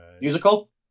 musical